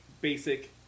basic